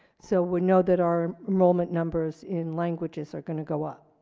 so we know that our enrollment numbers in languages are going to go up.